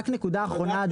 רק נקודה אחרונה אדוני,